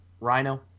Rhino